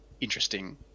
interesting